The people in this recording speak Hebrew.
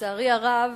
לצערי הרב,